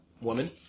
woman